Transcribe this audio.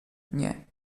nie